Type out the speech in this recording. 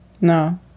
No